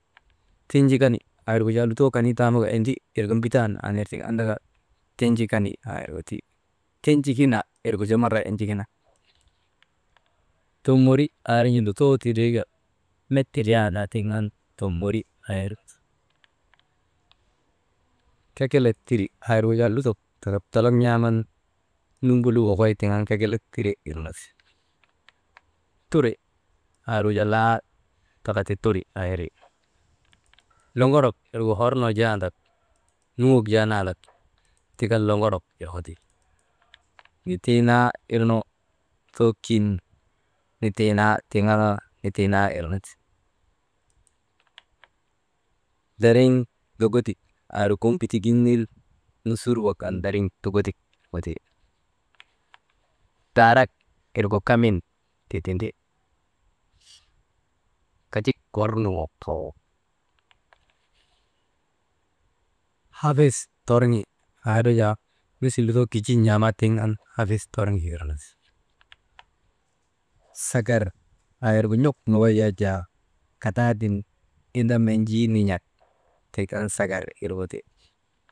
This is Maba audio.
Tinjikani aa irgu jaa lutoo kanii tamaka ti endi aa irka mbitan aa nir tik andaka tinjikani aa irgu ti, tinjikina aa irgu jaa mara waahit tinjikina Tomori aa irnu jaa lutoo tindrii ka met tindriyandaa tin an Tomori irnu ti, kekelet tiri aa irgu jaa lutok taka dolok n̰aa man numbulu wokoy tiŋ an kekelet tiri irnu ti, turi aa irgu jaa laa taka ti turi aa wiri, loŋorok irgu hor nojaandak nuŋok jaa nandak tik an loŋorok irgu ti, nitiinaa irnu lutoo kin nitiinaa tiŋ an nitinaa irnu ti, dariŋ dogodik aa irgu gun bitik gin ner nusur wak an dariŋ dogodik wirgu ti, daarak irgu kamin ti tindi, kanjik gornoo too, hafis torŋi aa irnu jaa misil lutoo kijin n̰aamaa tiŋ an hafis torŋi irnu ti, sagar aa irgu n̰uk nokoy yak jaa kadaadin inda menjii nin̰ak tik an sagar wirgu ti.